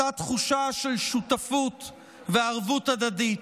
אותה תחושה של שותפות וערבות הדדית?